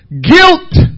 guilt